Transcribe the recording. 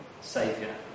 saviour